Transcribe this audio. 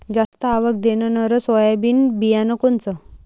जास्त आवक देणनरं सोयाबीन बियानं कोनचं?